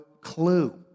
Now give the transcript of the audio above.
clue